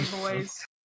Boys